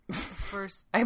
first